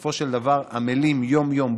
שבסופו של דבר עמלים יום-יום,